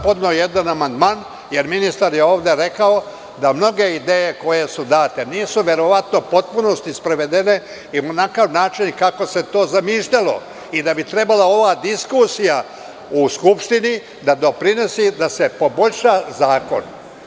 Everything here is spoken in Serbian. Podneo sam jedan amandman, jer ministar je ovde rekao da mnoge ideje koje su date nisu verovatno u potpunosti sprovedene na onakav način kako se to zamišljalo i da bi trebala ova diskusija u Skupštini da doprinose poboljšanju zakona.